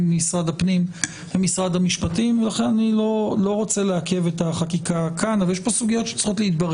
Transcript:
לכן החוק ייצא מפה.